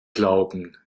glauben